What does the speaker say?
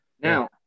now